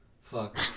fuck